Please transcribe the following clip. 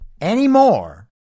anymore